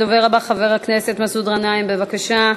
חבר הכנסת מסעוד גנאים, בבקשה.